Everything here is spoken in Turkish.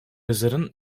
yazarın